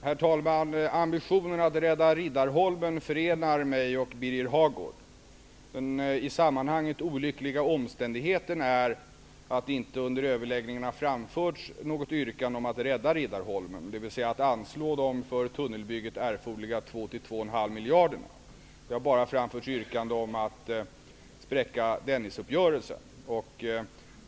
Herr talman! Ambitionen att rädda Riddarholmen förenar mig och Birger Hagård. Den i sammanhanget olyckliga omständigheten är att det inte under överläggningarna har framförts något yrkande om att rädda Riddarholmen, dvs. att anslå de för tunnelbygget erforderliga 2--2,5 miljarder kronorna. Det har bara framförts yrkande om att spränga Dennisuppgörelsen.